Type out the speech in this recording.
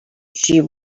she